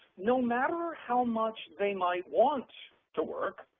no matter how much they might want to work,